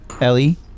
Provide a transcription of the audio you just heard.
Ellie